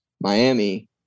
Miami